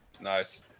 nice